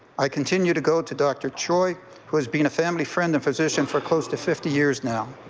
i continue to go to dr. troy who has been a family friend and physician for close to fifty years now.